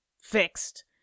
fixed